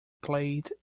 played